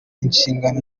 inshingano